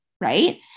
Right